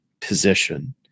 position